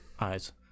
eyes